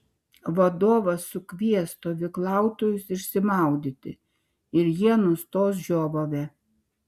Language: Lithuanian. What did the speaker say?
vadovas sukvies stovyklautojus išsimaudyti ir jie nustos žiovavę